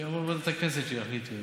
שיעבור לוועדת הכנסת והיא תחליט.